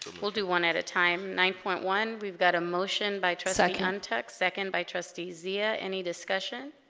but we'll do one at a time nine point one we've got a motion by trustee context second by trustee zia any discussion